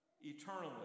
eternally